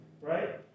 right